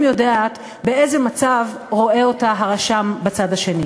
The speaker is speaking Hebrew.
יודעת באיזה מצב רואה אותה הרשם בצד השני.